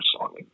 song